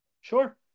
Sure